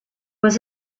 was